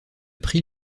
prix